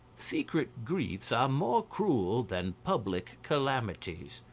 secret griefs are more cruel than public calamities.